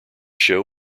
show